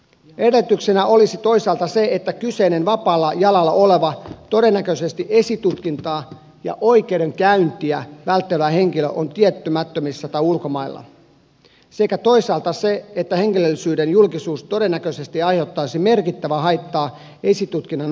edellytyksenä olisi toisaalta se että kyseinen vapaalla jalalla oleva todennäköisesti esitutkintaa ja oikeudenkäyntiä välttelevä henkilö on tietymättömissä tai ulkomailla sekä toisaalta se että henkilöllisyyden julkisuus todennäköisesti aiheuttaisi merkittävää haittaa esitutkinnan onnistumisen mahdollisuuksille